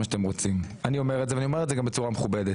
שאתם רוצים ואני אומר את זה גם בצורה מכובדת,